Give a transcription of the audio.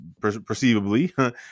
perceivably